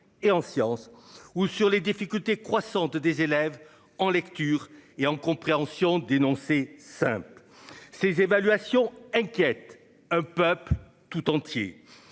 et en sciences ou sur les difficultés croissantes des élèves en lecture et en compréhension. Simple ces évaluations inquiètent un peuple tout entier.